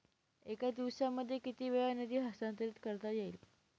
एका दिवसामध्ये किती वेळा निधी हस्तांतरीत करता येईल?